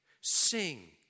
Sing